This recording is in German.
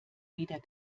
weder